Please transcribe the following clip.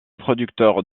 producteur